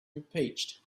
impeached